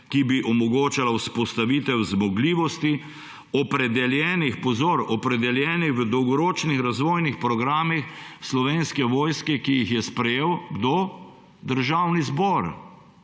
ki bi omogočala vzpostavitev zmogljivosti opredeljenih – pozor! – opredeljenih v dolgoročnih razvojnih programih Slovenske vojske, ki jih je sprejel – kdo? Državni zbor.